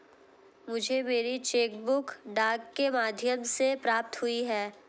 मुझे मेरी cheque book डाक के माध्यम से प्राप्त हुई है